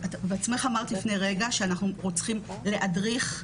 אמרת לפני רגע, שאנחנו צריכים להדריך,